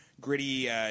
gritty